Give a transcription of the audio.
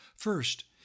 First